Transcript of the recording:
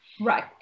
Right